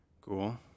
Cool